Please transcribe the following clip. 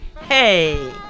hey